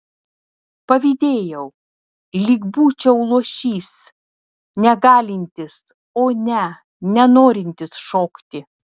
pavydėjau lyg būčiau luošys negalintis o ne nenorintis šokti